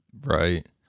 right